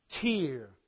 tear